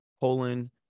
poland